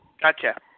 Gotcha